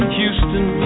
Houston